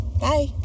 bye